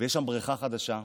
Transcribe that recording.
יש שם בריכה חדשה,